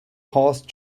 horse